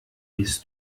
bis